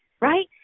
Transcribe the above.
Right